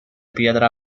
piedra